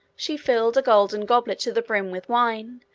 she filled a golden goblet to the brim with wine,